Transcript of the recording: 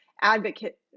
advocate